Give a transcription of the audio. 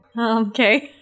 Okay